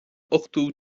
ochtó